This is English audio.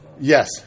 Yes